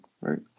right